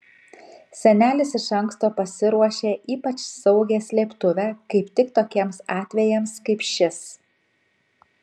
senelis iš anksto pasiruošė ypač saugią slėptuvę kaip tik tokiems atvejams kaip šis